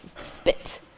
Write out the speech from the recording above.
spit